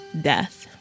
death